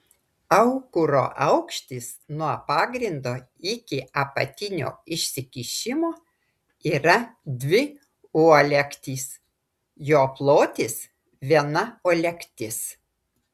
aukuro aukštis nuo pagrindo iki apatinio išsikišimo yra dvi uolektys jo plotis viena uolektis